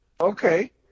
Okay